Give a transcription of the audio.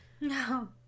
no